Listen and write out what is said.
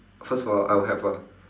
first of all I would have a